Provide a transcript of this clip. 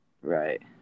Right